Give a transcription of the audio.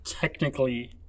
technically